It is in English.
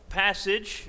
passage